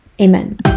amen